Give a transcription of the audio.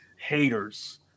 haters